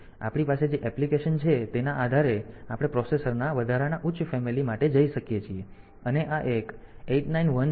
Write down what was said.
તેથી આપણી પાસે જે એપ્લિકેશન છે તેના આધારે આપણે પ્રોસેસરના વધારાના ઉચ્ચ ફેમીલી માટે જઈ શકીએ છીએ અને આ એક 891051 અને 892051 છે